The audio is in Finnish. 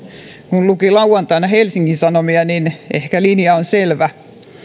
kun luki lauantaina helsingin sanomia niin ehkä se linja on selvä